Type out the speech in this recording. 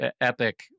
epic